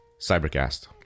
Cybercast